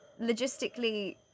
logistically